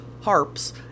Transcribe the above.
Harps